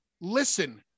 Listen